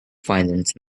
finance